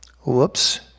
Whoops